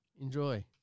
Enjoy